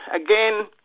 again